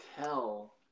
tell